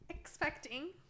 Expecting